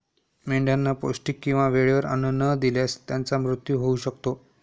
मेंढ्यांना पौष्टिक किंवा वेळेवर अन्न न दिल्यास त्यांचा मृत्यू होऊ शकतो